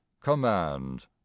command